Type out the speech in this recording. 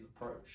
approach